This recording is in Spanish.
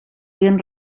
bien